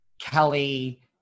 Kelly